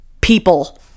people